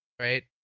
right